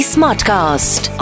Smartcast